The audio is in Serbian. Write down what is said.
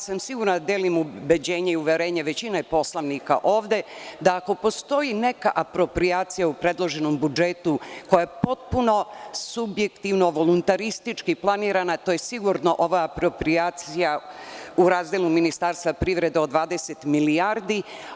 Sigurna sam da delim ubeđenje i uverenje većine poslanika ovde, da ako postoji neka aproprijacija u predloženom budžetu koja je potpuno subjektivno voluntaristički planirana, to je sigurno ova aproprijacija u razdelu Ministarstva privrede od 20 milijardi.